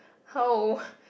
how